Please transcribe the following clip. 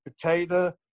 potato